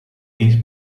these